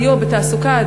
סיוע בתעסוקה,